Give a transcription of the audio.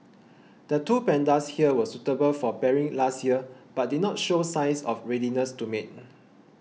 the two pandas here were suitable for pairing last year but did not show signs of readiness to mate